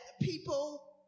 people